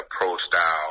pro-style